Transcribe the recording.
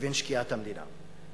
לבין שקיעת המדינה.